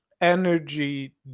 energy